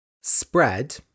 Spread